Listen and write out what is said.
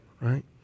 Right